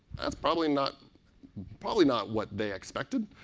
that's probably not probably not what they expected.